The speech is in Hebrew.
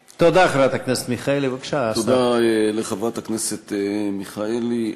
תודה, חברת הכנסת מיכאלי.